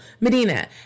Medina